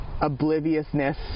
obliviousness